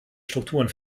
strukturen